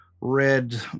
red